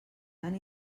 tan